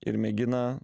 ir mėgina